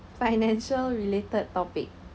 financial related topic